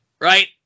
right